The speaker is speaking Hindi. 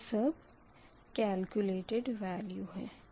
यह सब केलक्यूलेटड वेल्यू है